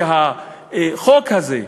שהחוק הזה,